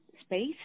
space